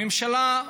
הממשלה,